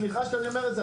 סליחה שאני אומר את זה,